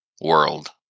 world